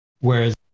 Whereas